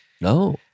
no